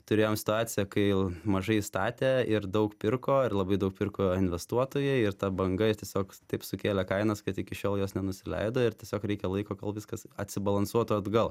turėjom situaciją kai mažai statė ir daug pirko ir labai daug pirko investuotojai ir ta banga tiesiog taip sukėlė kainas kad iki šiol jos nenusileido ir tiesiog reikia laiko kol viskas atsibalansuotų atgal